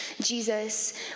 Jesus